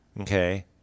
Okay